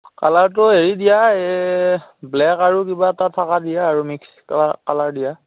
কালাৰটো হেৰি দিয়া ব্লেক আৰু কিবা এটা থকা দিয়া আৰু মিক্স কালাৰ দিয়া